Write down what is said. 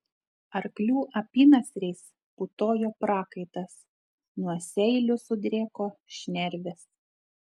arklių apynasriais putojo prakaitas nuo seilių sudrėko šnervės